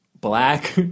black